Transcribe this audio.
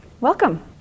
Welcome